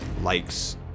likes